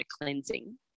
cleansing